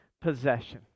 possession